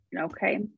Okay